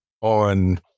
on